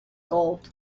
gold